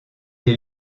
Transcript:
est